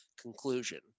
conclusion